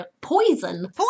poison